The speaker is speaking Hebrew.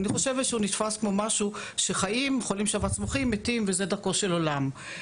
אני חושבת שהוא נתפס כמו משהו שחולים שבץ מוחי מתים וזה דרכו של עולם.